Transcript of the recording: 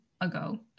ago